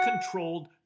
controlled